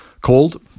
called